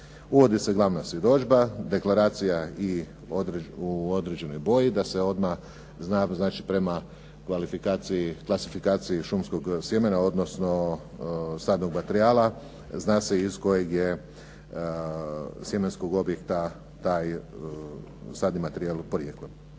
Uvodi se glavna svjedodžba, deklaracija i u određenoj boji da se odmah zna, znači prema klasifikaciji šumskog sjemena, odnosno sadnog materijala zna se iz kojeg je sjemenskog objekta taj sadni materijal porijeklom.